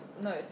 No